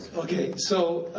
okay. so,